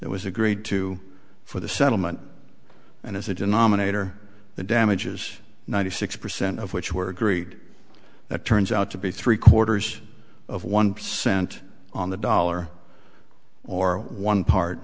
it was agreed to for the settlement and as a denominator the damages ninety six percent of which were agreed that turns out to be three quarters of one percent on the dollar or one part